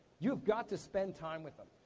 you've got to spend time with them.